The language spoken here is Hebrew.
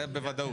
זה בוודאות.